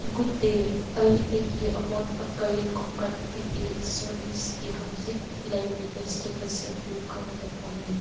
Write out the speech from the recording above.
good day ꯑꯩ ꯑꯩꯒꯤ ꯑꯃꯣꯠ ꯑꯀꯥꯏ ꯈꯣꯝꯒꯠꯄꯒꯤ ꯁꯥꯔꯕꯤꯁꯀꯤ ꯍꯧꯖꯤꯛ ꯂꯩꯔꯤꯕ ꯁ꯭ꯇꯦꯇꯁ ꯑꯗꯨ ꯈꯪꯕ ꯄꯥꯝꯃꯤ